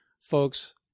folks